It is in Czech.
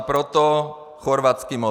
Proto chorvatský model.